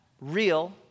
real